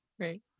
right